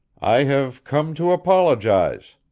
i have come to apologize.